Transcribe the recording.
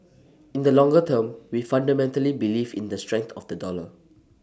in the longer term we fundamentally believe in the strength of the dollar